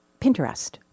Pinterest